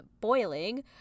boiling